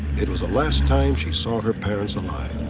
it was the last time she saw her parents alive.